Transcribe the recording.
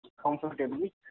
comfortably